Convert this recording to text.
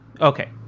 Okay